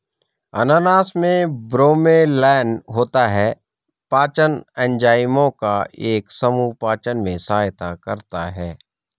अनानास में ब्रोमेलैन होता है, पाचन एंजाइमों का एक समूह पाचन में सहायता करता है